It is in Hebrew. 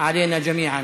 היקרות לכולנו.